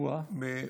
או-אה.